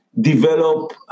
develop